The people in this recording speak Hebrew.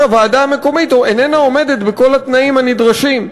הוועדה המקומית איננה עומדת בכל התנאים הנדרשים.